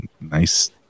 nice